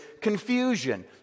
confusion